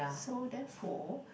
so therefore